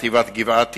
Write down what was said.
חטיבת גבעתי